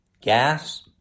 gas